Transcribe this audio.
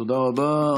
תודה רבה.